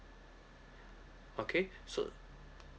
okay so